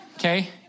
Okay